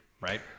right